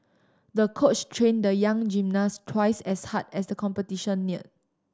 the coach trained the young gymnast twice as hard as the competition neared